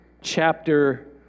chapter